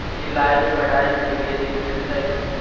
सिलाई, कढ़ाई के लिए ऋण मिलते की?